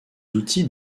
outils